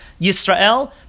Yisrael